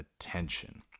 attention